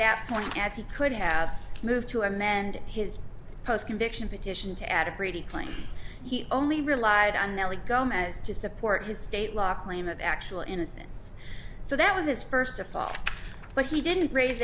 that point as he could have moved to amend his post conviction petition to add a brady claim he only relied on nellie gomez to support his state law claim of actual innocence so that was his first of all but he didn't raise